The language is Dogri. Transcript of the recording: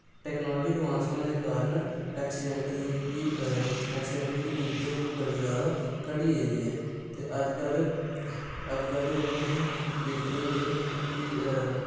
टैक्नालजी ऐड़वांस होने दे कारण ऐक्सीडैंट बी ऐक्सीडैंट जेह्ड़ी ओह् बी बड़ी जादा घटी दी ऐ ते अज्ज कल जि'यां तोहें केह् होंदे कि